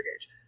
gauge